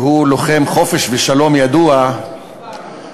שהוא לוחם חופש ושלום ידוע ומוכר,